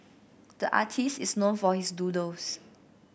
the artist is known for his doodles